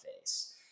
face